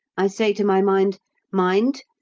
i say to my mind mind,